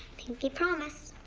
pinky promise.